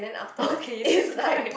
okay that's quite